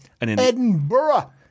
Edinburgh